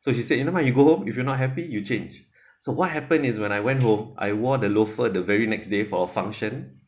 so she said never mind you go home if you're not happy you change so what happen is when I went home I wore the loafer the very next day for a function